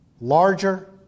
larger